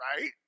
right